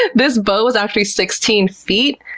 ah this boat was actually sixteen feet,